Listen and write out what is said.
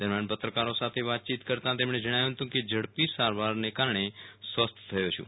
દરમ્યા પત્રકારો સાથે વાતયીત કરતાં તેમણે જણાવ્યુ હતું કે ઝડપી સારવશને કારણે સ્વસ્થ થયો છું